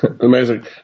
Amazing